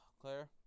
Claire